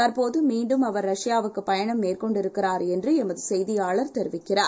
தற் போதுமீண்டும்அவர்ரஷ்யாவுக்குபயணம்மேற்கொண்டிருக்கிறார்என்றுஎமதுசெய்தி யாளர்தெரிவிக்கிறார்